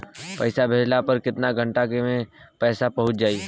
पैसा भेजला पर केतना घंटा मे पैसा चहुंप जाई?